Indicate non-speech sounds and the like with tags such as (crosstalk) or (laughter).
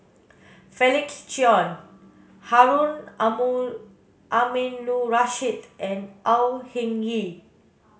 Felix Cheong Harun (unintelligible) Aminurrashid and Au Hing Yee